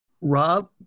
Rob